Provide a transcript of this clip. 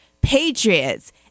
Patriots